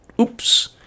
oops